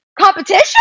competition